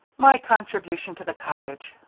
my contribution to the cottage,